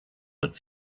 but